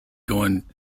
going